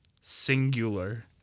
singular